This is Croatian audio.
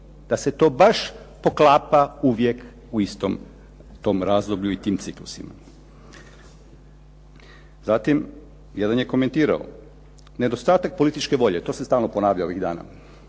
Da se to baš poklapa uvijek u istom tom razdoblju i tim ciklusima. Zatim, jedan je komentirao nedostatak političke volje, to se stalno ponavlja ovih dana.